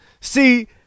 See